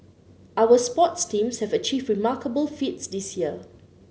our sports teams have achieved remarkable feats this year